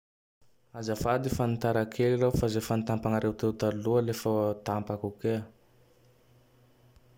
Azafady fa nintara kely raho fa ze nitapagnareo teo taloha le fa tampako kea.